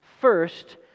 First